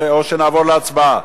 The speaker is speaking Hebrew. או שנעבור להצבעה?